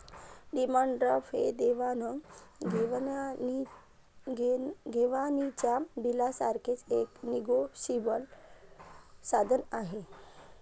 demand draft हे देवाण घेवाणीच्या बिलासारखेच एक निगोशिएबल साधन आहे